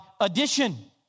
addition